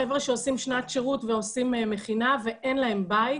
חבר'ה שעושים שנת שירות ומכינה ואין להם בית,